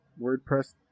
WordPress